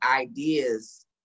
ideas